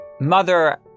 mother